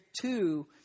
two